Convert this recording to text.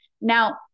Now